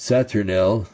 Saturnel